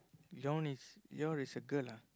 your one is your is a girl ah